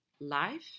life